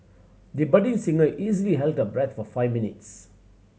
the budding singer easily held her breath for five minutes